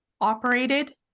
operated